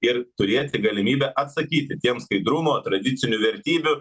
ir turėti galimybę atsakyti tiems skaidrumo tradicinių vertybių